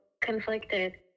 conflicted